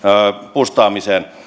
buustaamiseen